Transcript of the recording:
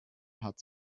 hat